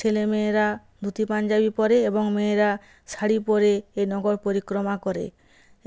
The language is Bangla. ছেলে মেয়েরা ধুতি পাঞ্জাবি পরে এবং মেয়েরা শাড়ি পরে এই নগর পরিক্রমা করে